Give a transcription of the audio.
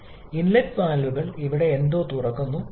അതുപോലെ ഇൻലെറ്റ് വാൽവുകൾ ഇവിടെ എവിടെയോ തുറക്കുന്നു